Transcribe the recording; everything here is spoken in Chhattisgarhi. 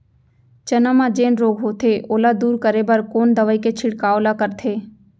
चना म जेन रोग होथे ओला दूर करे बर कोन दवई के छिड़काव ल करथे?